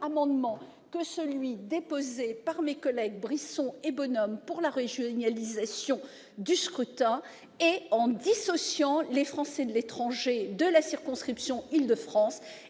que celui déposé par mes collègues Brisson et Bonhomme sur la régionalisation du scrutin, mais il vise à dissocier les Français de l'étranger de la circonscription d'Île-de-France